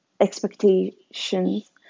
expectations